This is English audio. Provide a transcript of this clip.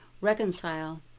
Reconcile